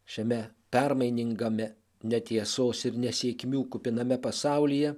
šiame permainingame netiesos ir nesėkmių kupiname pasaulyje